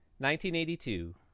1982